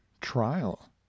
trial